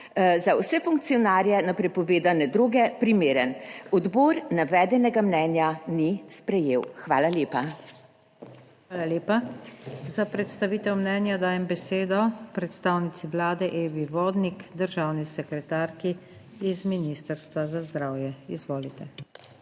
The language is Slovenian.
za vse funkcionarje na prepovedane droge primeren. Odbor navedenega mnenja ni sprejel. Hvala lepa. **PODPREDSEDNICA NATAŠA SUKIČ:** Hvala lepa. Za predstavitev mnenja dajem besedo predstavnici Vlade, Evi Vodnik, državni sekretarki iz Ministrstva za zdravje, izvolite.